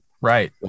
right